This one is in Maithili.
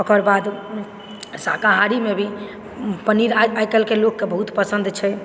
ओकर बाद शाकाहारीमे भी पनीर आइकाल्हिके लोगके बहुत पसन्द छै